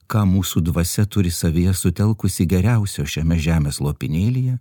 ką mūsų dvasia turi savyje sutelkusi geriausio šiame žemės lopinėlyje